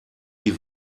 die